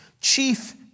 Chief